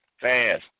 fast